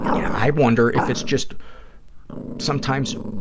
yeah i wonder if it's just sometimes